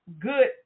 good